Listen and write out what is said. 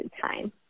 time